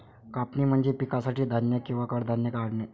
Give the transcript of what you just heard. कापणी म्हणजे पिकासाठी धान्य किंवा कडधान्ये काढणे